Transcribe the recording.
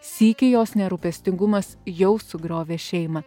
sykį jos nerūpestingumas jau sugriovė šeimą